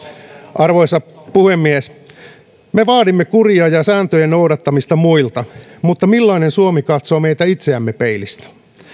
arvoisa puhemies me vaadimme kuria ja sääntöjen noudattamista muilta mutta millainen suomi katsoo meitä itseämme peilistä